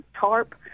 tarp